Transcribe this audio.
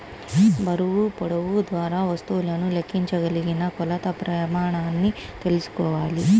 బరువు, పొడవు ద్వారా వస్తువులను లెక్కించగలిగిన కొలత ప్రమాణాన్ని తెల్సుకోవాలి